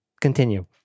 continue